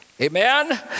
amen